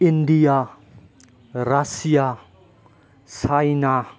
India Russia China